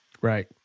right